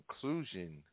conclusion